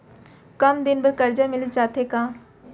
कम दिन बर करजा मिलिस जाथे का?